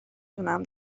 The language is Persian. دونم